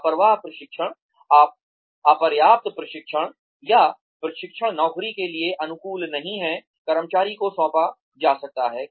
लापरवाह प्रशिक्षण अपर्याप्त प्रशिक्षण है या प्रशिक्षण नौकरी के लिए अनुकूल नहीं है कर्मचारी को सौंपा जा सकता है